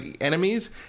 enemies